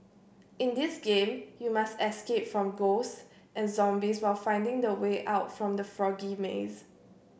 in this game you must escape from ghosts and zombies while finding the way out from the foggy maze